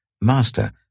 Master